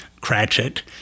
Cratchit